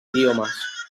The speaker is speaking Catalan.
idiomes